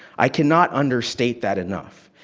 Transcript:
i cannot understate that enough.